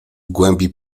głębi